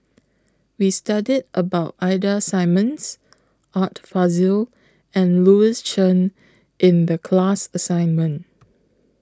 We studied about Ida Simmons Art Fazil and Louis Chen in The class assignment